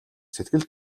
сэтгэл